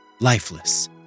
lifeless